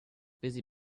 busy